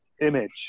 image